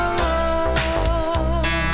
love